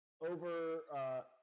Over